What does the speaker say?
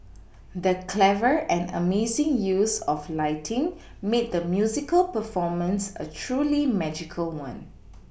the clever and amazing use of lighting made the musical performance a truly magical one